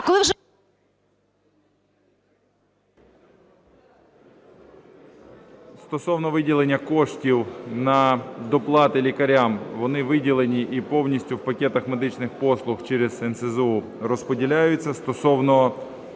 Стосовно виділення коштів на доплати лікарям, вони виділені і повністю в пакетах медичних послуг через НСЗУ розподіляються. Стосовно